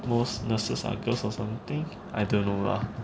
most nurses are girls or something I don't know lah